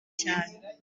cyane